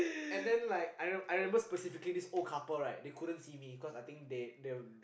and then like I remember I remember specifically there's this old couple right they couldn't see me cause I think they they were